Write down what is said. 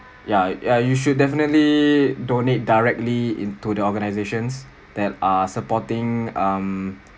ya ya you should definitely donate directly into the organisations that are supporting um